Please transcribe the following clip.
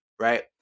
right